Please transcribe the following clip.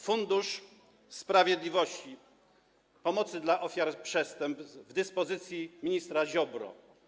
Fundusz Sprawiedliwości, pomocy dla ofiar przestępstw w dyspozycji ministra Ziobry.